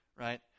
right